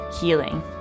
healing